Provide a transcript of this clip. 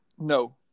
No